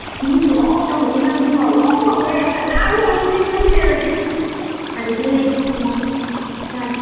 ꯃꯤꯁꯦ ꯉꯧꯔꯣꯛ ꯉꯧꯊꯣꯛꯄꯅꯤ ꯅꯪꯁꯨ ꯉꯧꯔꯣꯛ ꯉꯧꯔꯦ ꯐꯖꯕꯅ ꯂꯣꯏꯔꯅꯤ ꯏꯕꯦꯝꯃ ꯅꯪ ꯁꯦꯠꯂꯗꯤ ꯑꯗꯒꯤ ꯑꯥ ꯑꯥ